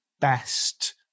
best